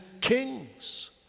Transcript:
kings